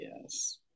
yes